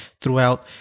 throughout